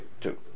Two